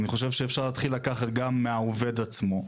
אני חושב שאפשר להתחיל לקחת גם מהעובד עצמו.